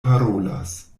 parolas